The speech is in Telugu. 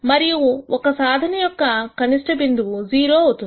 మరియు ఒక సాధన యొక్క కనిష్ట బిందువు 0 అవుతుంది